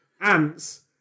ants